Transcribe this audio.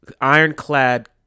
ironclad